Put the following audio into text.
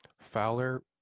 Fowler